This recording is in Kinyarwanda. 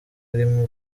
arimwo